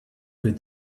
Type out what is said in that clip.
good